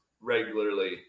regularly